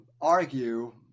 argue